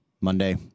Monday